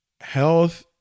Health